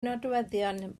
nodweddion